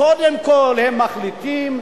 קודם כול הם מחליטים,